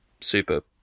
super